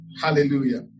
Hallelujah